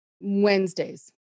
Wednesdays